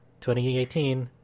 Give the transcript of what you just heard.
2018